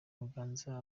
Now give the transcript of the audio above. muganza